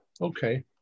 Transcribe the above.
Okay